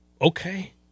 Okay